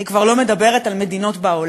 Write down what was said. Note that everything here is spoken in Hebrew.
אני כבר לא מדברת על מדינות בעולם,